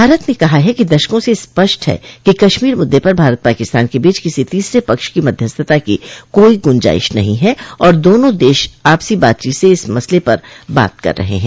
भारत ने कहा है कि दशकों से स्पष्ट है कि कश्मीर मुद्दे पर भारत पाकिस्तान के बीच किसी तीसर पक्ष की मध्यस्थता की कोई गुंजाइश नहीं है और दोनों देश आपसी बातचीत से इस मसले पर बात कर सकते हैं